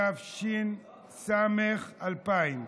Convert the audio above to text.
התש"ס 2000,